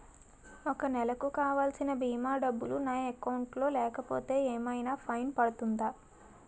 ఒక నెలకు కావాల్సిన భీమా డబ్బులు నా అకౌంట్ లో లేకపోతే ఏమైనా ఫైన్ పడుతుందా?